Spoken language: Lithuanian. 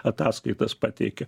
ataskaitas pateikė